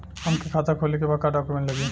हमके खाता खोले के बा का डॉक्यूमेंट लगी?